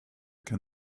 can